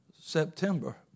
September